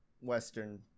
western